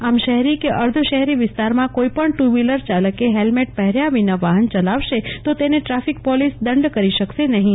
આમ શહેરી કે અર્ધ શહેરી વિસ્તારમાં કોઈ પણ ટુ વ્હીલરચાલક હેલ્મેટ પહેર્યા વિના વાહન ચલાવશે તો તેને ટ્રાફિક પોલીસ દંડ કરી શકશે નહીં